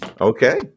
Okay